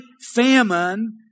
famine